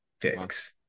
fix